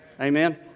Amen